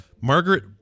margaret